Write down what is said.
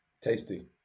Tasty